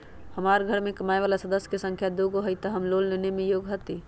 हमार घर मैं कमाए वाला सदस्य की संख्या दुगो हाई त हम लोन लेने में योग्य हती?